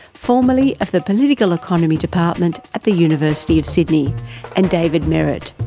formerly of the political economy department at the university of sydney and david merrett,